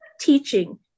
teaching